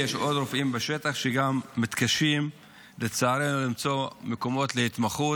ויש עוד רופאים בשטח שלצערנו גם מתקשים למצוא מקומות להתמחות.